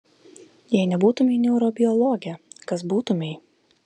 jei nebūtumei neurobiologė kas būtumei